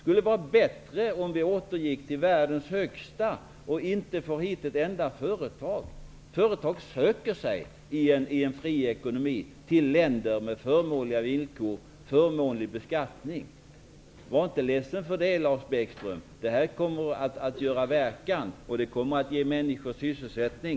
Skulle det vara bättre om vi återgår till världens högsta företagsbeskattning och inte får hit ett enda företag? Företag i en fri ekonomi söker sig till länder med förmånliga villkor, förmånlig beskattning. Var inte ledsen för det Lars Bäckström! Det här kommer att göra verkan och ge människor i vårt land sysselsättning.